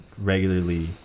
regularly